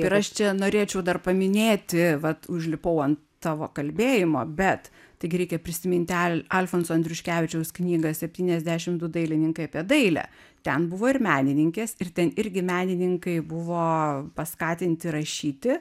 ir aš čia norėčiau dar paminėti vat užlipau an tavo kalbėjimo bet tai gi reikia prisiminti al alfonso andriuškevičiaus knygą septyniasdešim du dailininkai apie dailę ten buvo ir menininkės ir ten irgi menininkai buvo paskatinti rašyti